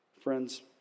Friends